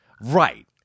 Right